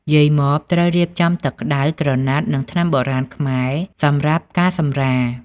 យាយម៉៉បត្រូវរៀបចំទឹក្ដៅ ក្រណាត់ និងថ្នាំបុរាណខ្មែរ សម្រាប់ការសម្រាល។